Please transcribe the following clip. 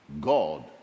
God